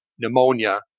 pneumonia